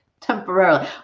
temporarily